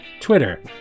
Twitter